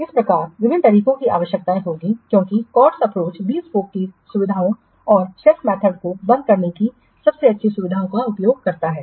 इस प्रकार विभिन्न तरीकों की आवश्यकता होगी क्योंकि COTS अप्रोच bespoke की सुविधाओं और शेल्फ मेथड्स को बंद करने की सबसे अच्छी सुविधाओं का उपयोग करता है